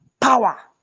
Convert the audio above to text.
power